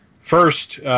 first –